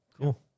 cool